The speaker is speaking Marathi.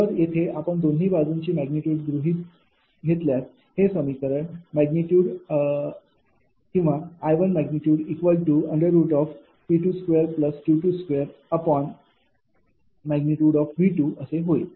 जर येथे आपण दोन्ही बाजूंची मॅग्निट्यूड गृहीत घेतल्यास हे समीकरण ।𝐼। P2Q2 Vअसे होईल